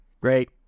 Great